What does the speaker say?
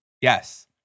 Yes